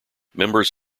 members